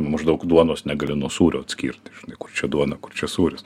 nu maždaug duonos negali nuo sūrio atskirti žinai kur čia duona kur čia sūris